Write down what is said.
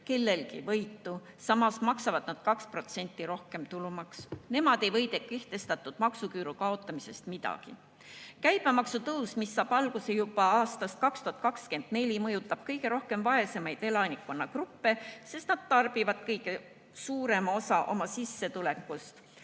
kellelgi võitu, samas maksavad nad 2% rohkem tulumaksu. Nemad ei võida kehtestatud maksuküüru kaotamisest midagi. Käibemaksu tõus, mis saab alguse juba aastal 2024, mõjutab kõige rohkem vaesemaid elanikkonnagruppe, sest nemad [kulutavad] kõige suurema osa oma sissetulekust